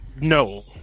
No